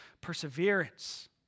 perseverance